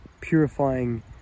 purifying